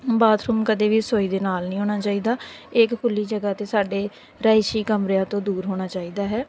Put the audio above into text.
bathroom ਕਦੇ ਵੀ ਰਸੋਈ ਦੇ ਨਾਲ ਨਹੀਂ ਹੋਣਾ ਚਾਹੀਦਾ ਇਕ ਖੁੱਲ੍ਹੀ ਜਗ੍ਹਾ 'ਤੇ ਸਾਡੇ ਰਿਹਾਇਸ਼ੀ ਕਮਰਿਆਂ ਤੋਂ ਦੂਰ ਹੋਣਾ ਚਾਹੀਦਾ ਹੈ